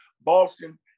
Boston